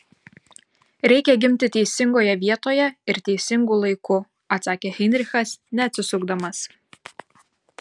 reikia gimti teisingoje vietoje ir teisingu laiku atsakė heinrichas neatsisukdamas